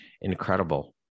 incredible